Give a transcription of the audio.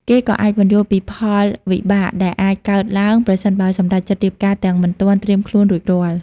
គេក៏អាចពន្យល់ពីផលវិបាកដែលអាចកើតឡើង ប្រសិនបើសម្រេចចិត្តរៀបការទាំងមិនទាន់ត្រៀមខ្លួនរួចរាល់ ។